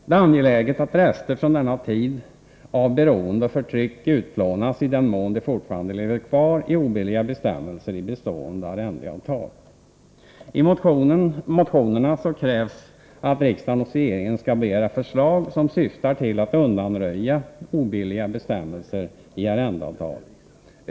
Det är angeläget att rester från denna tid av beroende och förtryck utplånas i den mån de fortfarande lever kvar i obilliga bestämmelser i bestående arrendeavtal. I motionerna krävs att riksdagen hos regeringen skall begära förslag som syftar till att undanröja obilliga bestämmelser i arrendeavtal.